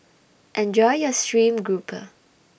Enjoy your Stream Grouper